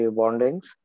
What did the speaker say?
bondings